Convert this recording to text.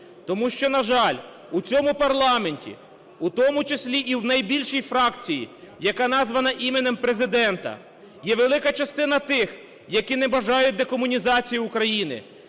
Тому що, на жаль, у цьому парламенті, у тому числі і в найбільшій фракції, яка названа іменем Президента, є велика частина тих, які не бажають декомунізації України,